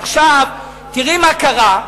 עכשיו, תראי מה קרה.